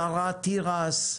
זרע תירס.